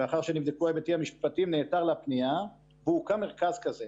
לאחר שנבדקו ההיבטים המשפטיים נעתר לפנייה והוקם מרכז כזה.